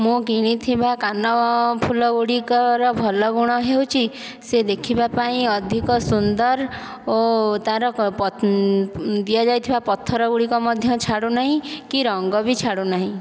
ମୁଁ କିଣିଥିବା କାନ ଫୁଲ ଗୁଡ଼ିକର ଭଲ ଗୁଣ ହେଉଛି ସେ ଦେଖିବା ପାଇଁ ଅଧିକ ସୁନ୍ଦର ଓ ତାର ଦିଆଯାଇଥିବା ପଥର ଗୁଡ଼ିକ ମଧ୍ୟ ଛାଡ଼ୁନାହିଁ କି ରଙ୍ଗ ବି ଛାଡ଼ୁନାହିଁ